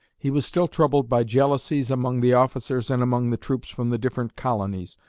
he was still troubled by jealousies among the officers and among the troops from the different colonies,